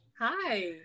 Hi